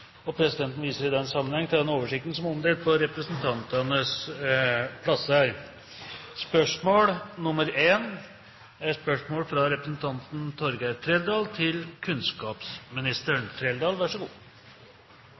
og presidenten viser i den sammenheng til den oversikten som er omdelt på representantenes plasser